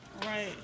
right